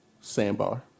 Sandbar